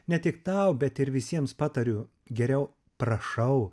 ne tik tau bet ir visiems patariu geriau prašau